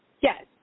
Yes